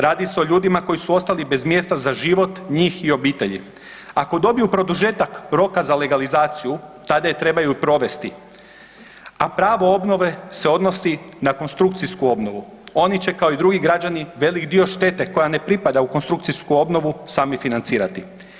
Radi se o ljudima koji su ostali bez mjesta za život, njih i obitelji, ako dobiju produžetak roka za legalizaciju tada je trebaju provesti, a pravo obnove se odnosi na konstrukcijsku obnovi, oni će kao i drugi građani velik dio štete koja ne pripada u konstrukcijsku obnovu sami financirati.